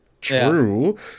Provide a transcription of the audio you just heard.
true